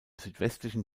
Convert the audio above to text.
südwestlichen